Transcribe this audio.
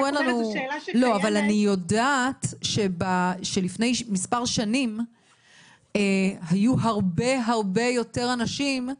אבל אני יודעת שלפני מספר שנים היו הרבה הרבה יותר אנשים,